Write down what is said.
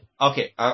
Okay